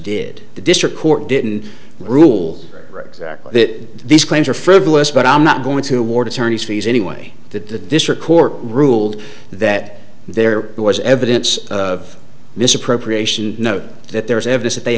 did the district court didn't rule that these claims are frivolous but i'm not going to ward attorney's fees any way that the district court ruled that there was evidence of misappropriation know that there was evidence that they